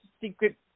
secret